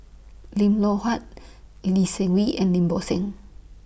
Lim Loh Huat Lee Seng Wee and Lim Bo Seng